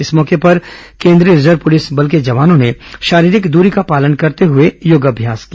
इस मौके पर कोंद्रीय रिजर्व पुलिस बल के जवानों ने शारीरिक दूरी का पालन करते हुए योगाभ्यास किया